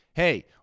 Hey